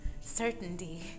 certainty